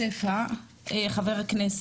חה"כ שפע,